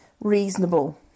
Reasonable